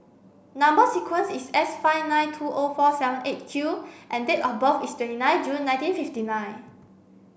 number sequence is S five nine two O four seven eight Q and date of birth is twenty nine June nineteen fifty nine